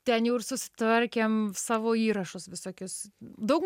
ten jau ir susitvarkėm savo įrašus visokius daug